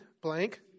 Blank